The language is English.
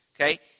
Okay